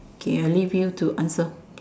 K I leave you to answer